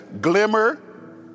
glimmer